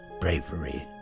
bravery